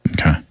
Okay